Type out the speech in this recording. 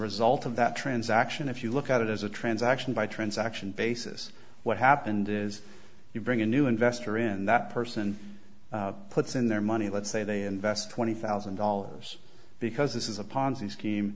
result of that transaction if you look at it as a transaction by transaction basis what happened is you bring a new investor in that person puts in their money let's say they invest twenty thousand dollars because this is a ponzi scheme